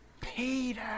Peter